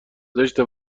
زشته